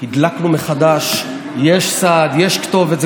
הדלקנו מחדש, יש סעד, יש כתובת.